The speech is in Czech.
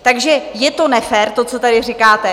Takže je to nefér, to, co tady říkáte.